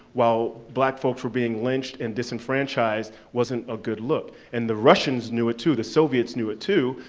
while black folks were being lynched and disenfranchised, wasn't a good look. and the russians knew it too, the soviets knew it too,